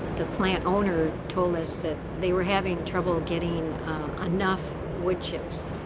the plant owner told us that they were having trouble getting enough wood chips.